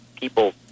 people